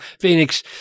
Phoenix